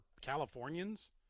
Californians